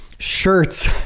Shirts